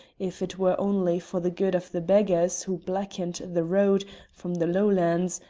if it were only for the good of the beggars who blackened the road from the lowlands,